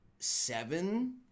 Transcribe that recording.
seven